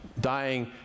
dying